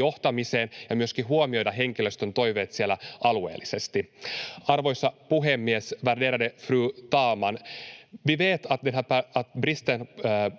johtamiseen ja myös huomioida henkilöstön toiveet alueellisesti. Arvoisa puhemies, värderade fru talman! Vi vet att bristen